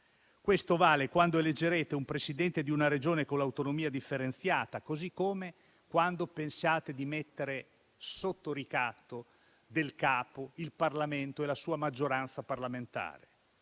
Questo vale per quando eleggerete un Presidente di Regione con autonomia differenziata, così come quando penserete di mettere sotto ricatto del capo il Parlamento e la sua maggioranza. Penso